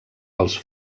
als